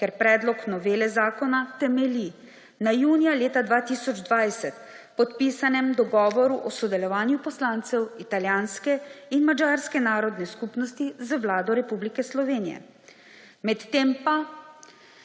ker predlog novele zakona temelji na junija leta 2020 podpisanem dogovoru o sodelovanju poslancev italijanske in madžarske narodne skupnosti z Vlado Republike Slovenije. Medtem pa